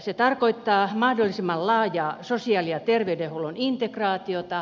se tarkoittaa mahdollisimman laajaa sosiaali ja ter veydenhuollon integraatiota